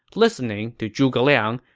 listening to zhuge liang,